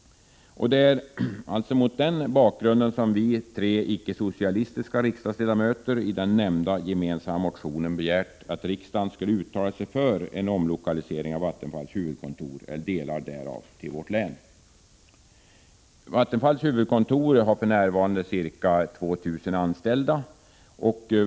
Det är mot den bakgrunden vi tre icke-socialistiska riksdagsledamöter i den nämnda gemensamma motionen begärt att riksdagen skall uttala sig för en omlokalisering av Vattenfalls huvudkontor eller delar därav till vårt län. Vattenfalls huvudkontor har för närvarande ca 2 000 anställda.